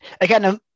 again